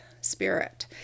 spirit